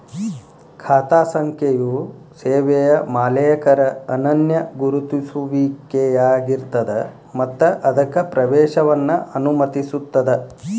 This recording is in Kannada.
ಖಾತಾ ಸಂಖ್ಯೆಯು ಸೇವೆಯ ಮಾಲೇಕರ ಅನನ್ಯ ಗುರುತಿಸುವಿಕೆಯಾಗಿರ್ತದ ಮತ್ತ ಅದಕ್ಕ ಪ್ರವೇಶವನ್ನ ಅನುಮತಿಸುತ್ತದ